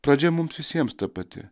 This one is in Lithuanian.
pradžia mums visiems ta pati